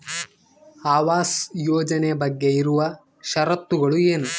ಆವಾಸ್ ಯೋಜನೆ ಬಗ್ಗೆ ಇರುವ ಶರತ್ತುಗಳು ಏನು?